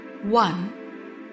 One